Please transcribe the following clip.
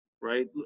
right